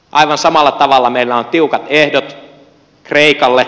aivan samalla tavalla meillä on tiukat ehdot kreikalle